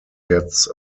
gets